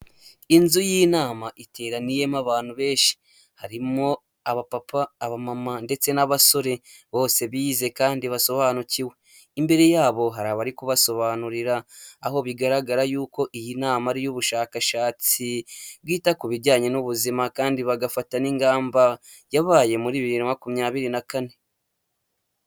Inzu y'inama iteraniyemo abantu benshi, harimo abapapa, abamama ndetse n'abasore bose bize kandi basobanukiwe, imbere yabo hari abari kubasobanurira, aho bigaragara y'uko iyi nama ari iy'ubushakashatsi bwita ku bijyanye n'ubuzima kandi bagafata n'ingamba, yabaye muri bibiri na makumyabiri na kane.